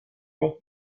mai